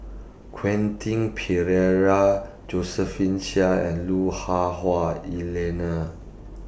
Quentin Pereira Josephine Chia and Lu Hah Wah Elena